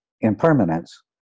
impermanence